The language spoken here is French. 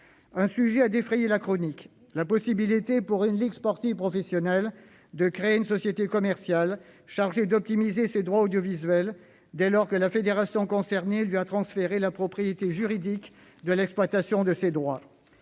Un sujet a défrayé la chronique : la possibilité donnée à une ligue sportive professionnelle de créer une société commerciale chargée d'optimiser ses droits audiovisuels dès lors que la fédération concernée lui a transféré la responsabilité juridique de la commercialisation et de